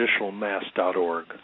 traditionalmass.org